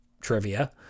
trivia